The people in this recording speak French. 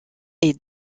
est